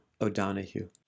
O'Donohue